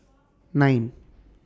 nine